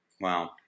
wow